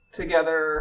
together